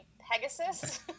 Pegasus